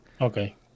Okay